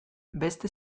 beste